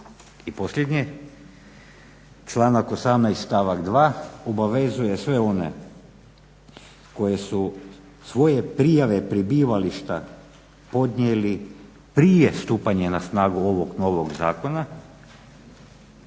I posljednje, članak 18.stavak 2.obavezuje sve one koji su svoje prijave prebivališta podnijeli prije stupanja na snagu ovog novog zakona